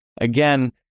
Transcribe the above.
again